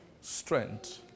strength